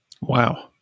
Wow